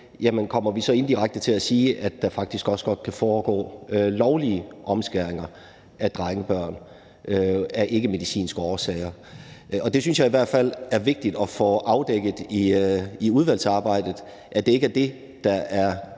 om vi så indirekte kommer til at sige, at der faktisk også godt kan foregå lovlige omskæringer af drengebørn af ikkemedicinske årsager. Jeg synes i hvert fald, at det er vigtigt at få afdækket i udvalgsarbejdet, at det ikke er det, der er